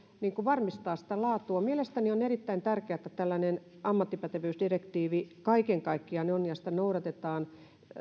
varmistaa sitä laatua mielestäni on erittäin tärkeää että tällainen ammattipätevyysdirektiivi kaiken kaikkiaan on ja sitä noudatetaan